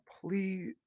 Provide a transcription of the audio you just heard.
please